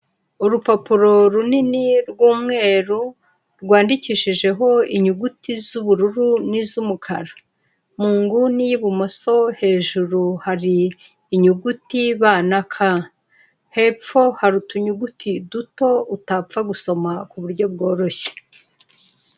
Urupapuro runini rw'umweru, rwandikishijeho inyuguti z'ubururu, n'iz'umukara. Mu nguni y'ibumoso, hejuru hari inyuguti ba na ka hepfo hari utuyuguti duto, utapfa gusoma ku buryo bworoshye.